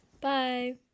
Bye